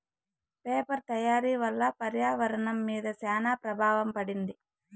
paper తయారీ వల్ల పర్యావరణం మీద శ్యాన ప్రభావం పడింది